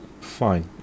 Fine